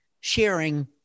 sharing